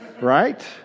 Right